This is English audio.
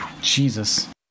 Jesus